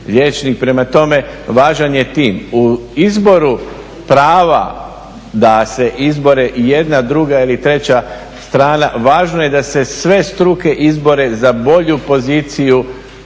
prema tome važan je tim. U izboru prava da se izbore jedna, druga ili treća strana važno je da se sve struke izbore za bolju poziciju